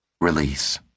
Release